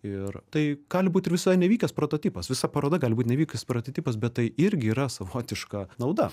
ir tai gali būti ir visai nevykęs prototipas visa paroda gali būti nevykęs prototipas bet tai irgi yra savotiška nauda